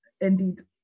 indeed